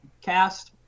cast